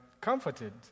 comforted